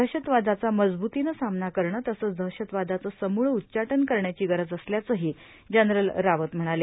दहशतवादाचा मजबुतीनं सामना करणं तसंव दहशतवादार्घ समूळ उच्चाटन करण्याची गरज असल्याचंही जनरल रावत म्हणाले